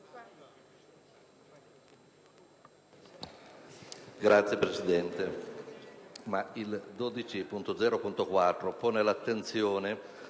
Grazie, Presidente.